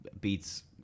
beats